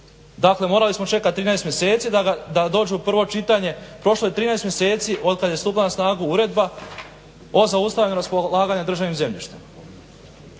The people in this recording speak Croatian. Dakle morali smo čekati 13 mjeseci da dođe u prvo čitanje, prošlo je 13 mjeseci otkad je stupila na snagu uredba o zaustavljanju raspolaganja državnim zemljištem.